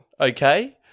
okay